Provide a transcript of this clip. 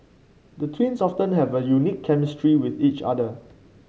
the twins often have a unique chemistry with each other